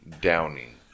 downing